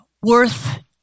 worth –